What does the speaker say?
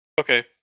Okay